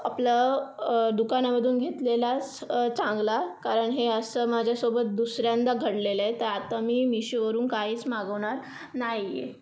आपलं दुकानामधून घेतलेलाच चांगला कारण हे असं माझ्यासोबत दुसऱ्यांदा घडलेलं आहे तर आता मी मीशोवरून काहीच मागवणार नाही आहे